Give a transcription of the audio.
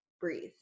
breathe